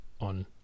...on